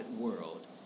world